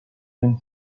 win